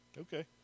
Okay